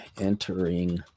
entering